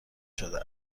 شده